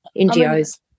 NGOs